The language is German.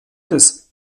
des